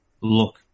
look